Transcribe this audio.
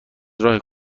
راه